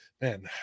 man